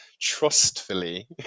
trustfully